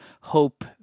hope